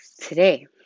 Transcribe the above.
today